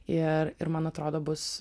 ir ir man atrodo bus